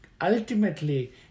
ultimately